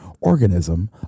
organism